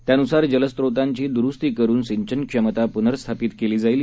त्यानुसारजलस्त्रोतांचीदुरुस्तीकरूनसिंचनक्षमतापुनर्स्थापितकेलीजाईल